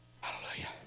hallelujah